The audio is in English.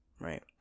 right